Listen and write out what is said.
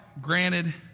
Granted